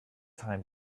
time